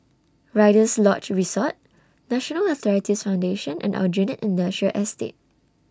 Rider's Lodge Resort National Arthritis Foundation and Aljunied Industrial Estate